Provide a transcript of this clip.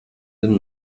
den